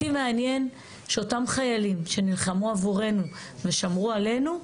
אותי מעניין שאותם חיילים שנלחמו עבורנו ושמרו עלינו,